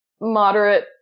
moderate